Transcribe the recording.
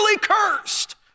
cursed